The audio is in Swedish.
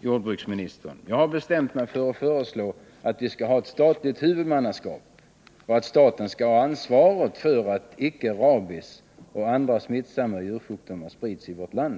jordbruksministern. Jag har bestämt mig för att föreslå att vi skall ha ett statligt huvudmannaskap och att staten skall ha ansvaret för att rabies och andra smittsamma djursjukdomar icke sprids i vårt land.